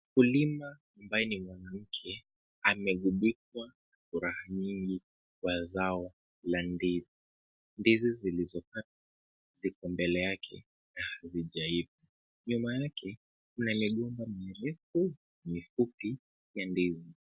Mkulima ambaye ni mwanamke amegumbikwa furaha nyingi kwa zao la ndizi. Ndizi zilizo ziko mbele yake na hazijaiva, Nyuma yake kuna migomba mirefu mifupi ya ndizi